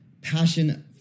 passion